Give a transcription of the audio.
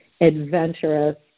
adventurous